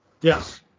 Yes